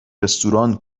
رستوران